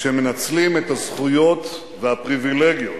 שמנצלים את הזכויות והפריווילגיות